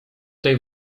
tej